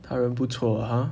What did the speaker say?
她人不错哈